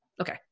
Okay